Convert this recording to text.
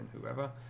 whoever